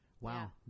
Wow